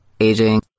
aging